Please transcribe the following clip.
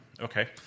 Okay